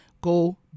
go